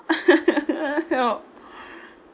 oh